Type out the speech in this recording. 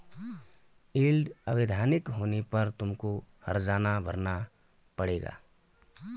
yield अवैधानिक होने पर तुमको हरजाना भरना पड़ेगा